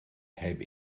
heb